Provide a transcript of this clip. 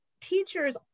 teachers